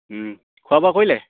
খোৱা বোৱা কৰিলে